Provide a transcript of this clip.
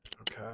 Okay